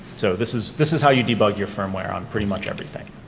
so this is this is how you debug your firmware on pretty much everything.